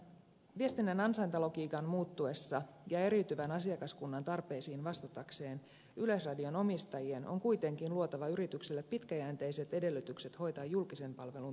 viestinnän ansaintalogiikan muuttuessa ja eriytyvän asiakaskunnan tarpeisiin vastatakseen yleisradion omistajien on kuitenkin luotava yritykselle pitkäjänteiset edellytykset hoitaa julkisen palvelun tehtäväänsä